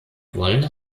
wollen